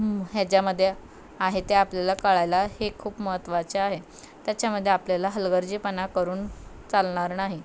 ह्याच्या्मध्ये आहे ते आपल्याला कळायला हे खूप महत्त्वाचे आहे त्याच्यामध्ये आपल्याला हलगर्जीपणा करून चालणार नाही